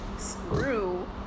screw